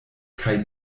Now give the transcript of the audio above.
kaj